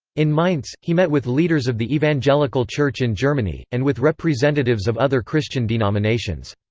in mainz, he met with leaders of the evangelical church in germany, and with representatives of other christian denominations.